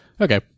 Okay